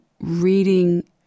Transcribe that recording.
reading